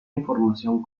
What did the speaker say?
información